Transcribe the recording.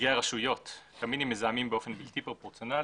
ונציגי הרשויות קמינים מזהמים באופן בלתי פרופורציונלי.